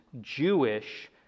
Jewish